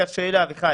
אביחי,